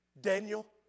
Daniel